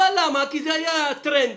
אבל זה היה טרנד.